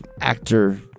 actor